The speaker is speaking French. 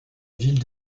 ville